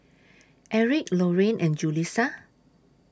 Eric Lorraine and Julissa